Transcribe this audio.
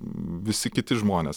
visi kiti žmonės